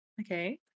Okay